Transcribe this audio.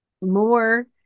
more